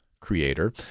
creator